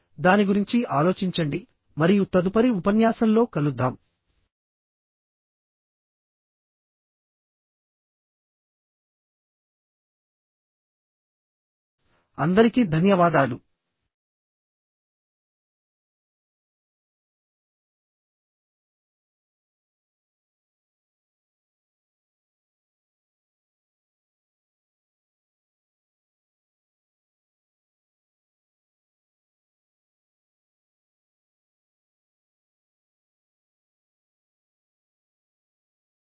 దాని గురించి ఆలోచించండి మరియు తదుపరి ఉపన్యాసంలో కలుద్దాం అందరికి ధన్యవాదాలు